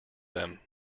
them